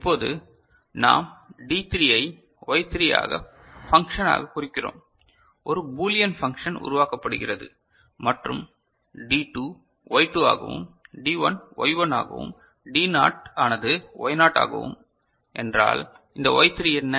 இப்போது நாம் D3 ஐ Y 3 ஆகக் பங்க்ஷன் ஆக குறிக்கிறோம் ஒரு பூலியன் பங்க்ஷன் உருவாக்கப்படுகிறது மற்றும் D2 Y2 ஆகவும் D1 Y1 ஆகவும் D நாட் ஆனது Y நாட் ஆகவும் என்றால் இந்த Y3 என்ன